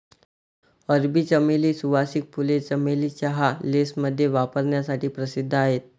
अरबी चमेली, सुवासिक फुले, चमेली चहा, लेसमध्ये वापरण्यासाठी प्रसिद्ध आहेत